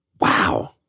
Wow